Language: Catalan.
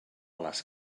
les